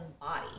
body